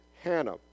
Hannah